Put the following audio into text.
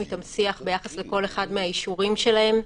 איתם שיח ביחס לכל אחד מהאישורים שלהם,